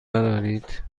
ندارید